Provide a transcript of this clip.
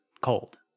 cold